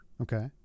Okay